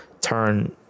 turn